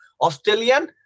Australian